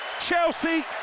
Chelsea